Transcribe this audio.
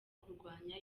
kurwanya